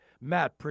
Matt